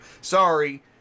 sorry